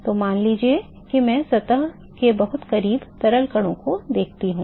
तो मान लीजिए कि मैं सतह के बहुत करीब तरल कणों को देखता हूं